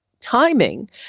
timing